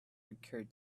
occurred